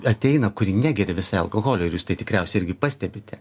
ateina kuri negeria visai alkoholio ir jūs tai tikriausiai irgi pastebite